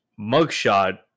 mugshot